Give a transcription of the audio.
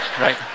right